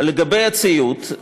לגבי הציוד,